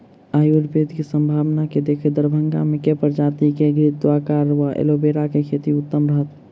आयुर्वेद केँ सम्भावना केँ देखैत दरभंगा मे केँ प्रजाति केँ घृतक्वाइर वा एलोवेरा केँ खेती उत्तम रहत?